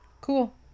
Cool